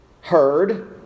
heard